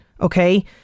Okay